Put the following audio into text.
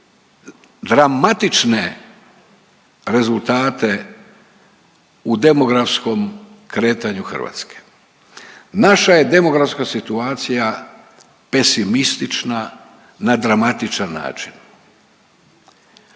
dramatične rezultate u demografskom kretanju Hrvatske. Naša je demografska situacija pesimistična na dramatičan način.